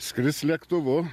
skris lėktuvu